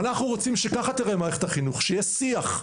ואנחנו רוצים שככה תיראה מערכת החינוך, שהיה שיח,